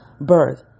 birth